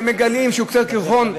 שמגלים שהוא קצה הקרחון,